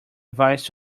advised